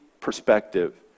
perspective